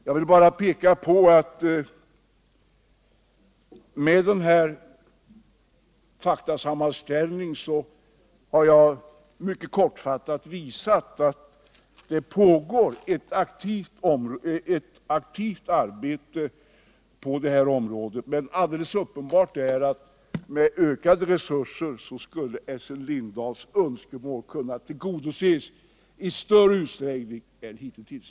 Jag vill bara peka på att med denna redovisning har jag mycket kortfattat visat att det pågår ett aktivt arbete när det gäller prisinformation men alldeles uppenbart är att med ökade resurser skulle Essen Lindahls önskemål kunna tillgodoses i större utsträckning än hittills.